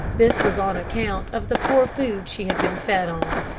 this was on account of the poor food she had been fed on.